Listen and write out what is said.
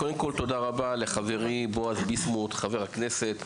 קודם כל תודה רבה לחברי בועז ביסמוט חבר הכנסת,